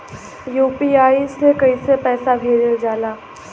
UPI से कइसे पैसा भेजल जाला?